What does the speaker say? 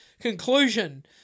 conclusion